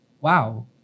wow